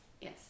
Yes